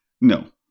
No